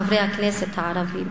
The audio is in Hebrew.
חברי הכנסת הערבים.